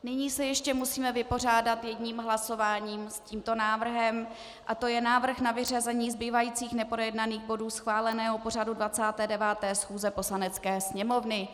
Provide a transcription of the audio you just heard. Nyní se ještě musíme vypořádat jedním hlasováním s tímto návrhem, a to je návrh na vyřazení zbývajících neprojednaných bodů schváleného pořadu 29. schůze Poslanecké sněmovny.